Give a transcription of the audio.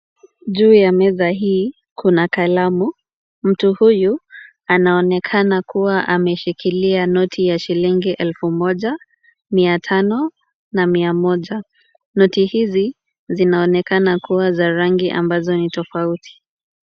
Juu ya meza hii kuna kalamu, mtu huyu anaonekana kuwa ameshikilia noti ya shilingi elfu moja, mia tano na mia moja. Noti hizi zinaonekana kuwa za rangi ambazo ni tofauti.